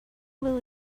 will